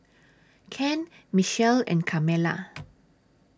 Ken Mitchell and Carmela